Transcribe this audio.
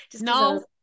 No